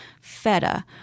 feta